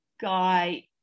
guy